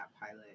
pilot